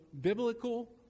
biblical